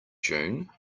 june